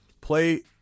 Play